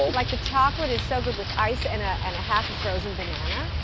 like the chocolate is so good with ice and ah and a half a frozen banana.